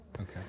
Okay